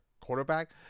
quarterback